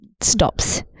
stops